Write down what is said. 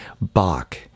Bach